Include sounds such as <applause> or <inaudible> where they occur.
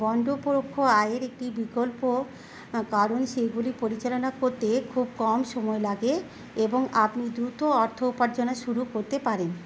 <unintelligible> পরোক্ষ আয়ের একটি বিকল্প কারণ সেগুলি পরিচালনা করতে খুব কম সময় লাগে এবং আপনি দ্রুত অর্থ উপার্জনা শুরু করতে পারেন